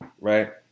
right